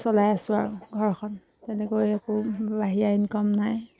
চলাই আছো আৰু ঘৰখন তেনেকৈ একো বাহিৰা ইনকম নাই